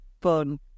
fun